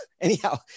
Anyhow